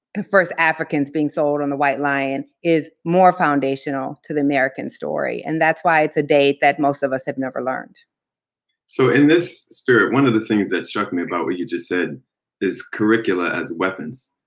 the first africans being sold on the white lion is more foundational to the american story. and that's why it's a date that most of us have never learned. bobb so in this spirit, one of the things that struck me about what you just said is curricula as weapons,